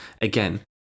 Again